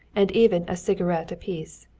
and even a cigarette apiece.